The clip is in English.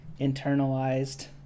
internalized